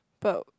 but